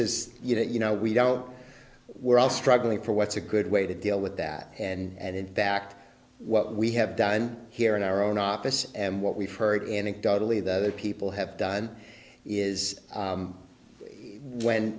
is you know we don't we're all struggling for what's a good way to deal with that and in fact what we have done here in our own office and what we've heard anecdotally the other people have done is when